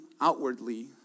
outwardly